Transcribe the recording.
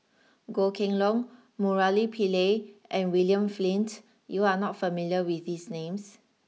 Goh Kheng long Murali Pillai and William Flint you are not familiar with these names